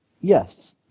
Yes